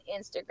Instagram